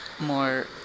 more